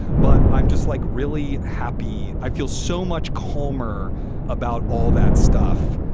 but i'm just like, really happy. i feel so much calmer about all that stuff,